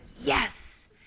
yes